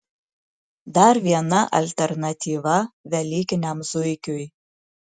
dar viena alternatyva velykiniam zuikiui